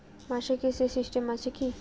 মাসিক কিস্তির সিস্টেম আছে কি?